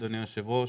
אדוני היושב-ראש,